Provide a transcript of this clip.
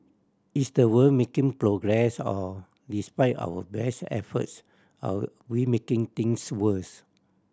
is the world making progress or despite our best efforts are we making things worse